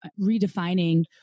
redefining